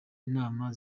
inama